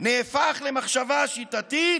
נהפך למחשבה שיטתית,